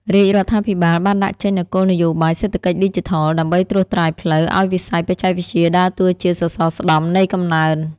រាជរដ្ឋាភិបាលបានដាក់ចេញនូវគោលនយោបាយសេដ្ឋកិច្ចឌីជីថល ដើម្បីត្រួសត្រាយផ្លូវឱ្យវិស័យបច្ចេកវិទ្យាដើរតួជាសសរស្តម្ភនៃកំណើន។